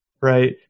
right